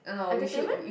entertainment